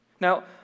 Now